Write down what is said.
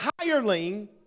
hireling